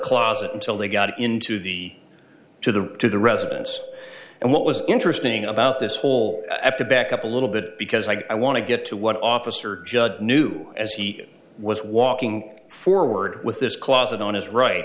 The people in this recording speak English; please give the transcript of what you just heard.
closet until they got into the to the to the residence and what was interesting about this whole after back up a little bit because i want to get to what officer judd knew as he was walking forward with this closet on his right